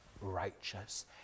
righteous